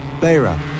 Beira